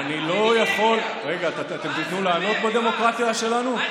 רגע, אתם תיתנו לענות בדמוקרטיה שלנו?